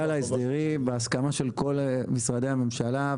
להסדרים בהסכמה של כל משרדי הממשלה.